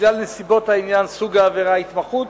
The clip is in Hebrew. בגלל נסיבות העניין, סוג העבירה, התמחות,